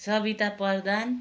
Sabita Pradhan